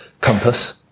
Compass